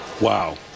wow